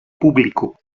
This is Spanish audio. público